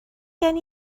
gen